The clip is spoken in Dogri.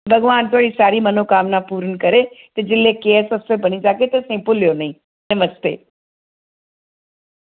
भगवान थोआड़ी सारी मनोकामना पूर्ण करे ते जिल्ले केएस अफसर बनी जाग्गे ते असें भुल्लेयो नेईं नमस्ते